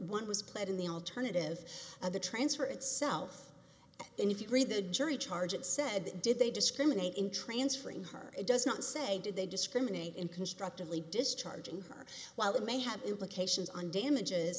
one was played in the alternative of the transfer itself and if you read the jury charge and said did they discriminate in transferring her it does not say did they discriminate in constructively discharging her while it may have implications on damages